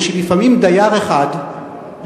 זה שלפעמים דייר אחד,